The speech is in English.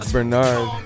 Bernard